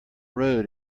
road